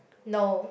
no